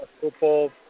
football